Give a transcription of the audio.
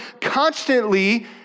constantly